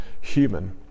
human